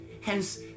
Hence